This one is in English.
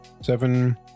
seven